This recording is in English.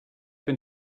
been